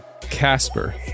Casper